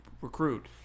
recruit